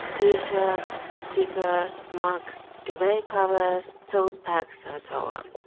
t-shirts, stickers, mugs, duvet covers, tote bags and so on.